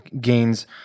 gains